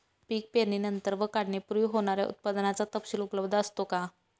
पीक पेरणीनंतर व काढणीपूर्वी होणाऱ्या उत्पादनाचा तपशील उपलब्ध असतो का?